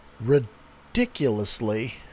ridiculously